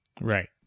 Right